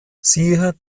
siehe